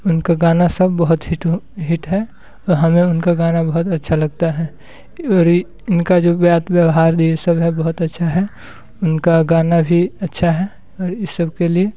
उनका गाना सब बहुत हिट है हमें उनका गाना बहुत अच्छा लगता हैं और इनका जो बात व्यवहार ये सब है बहुत अच्छा है उनका गाना भी अच्छा है और इस सबके लिए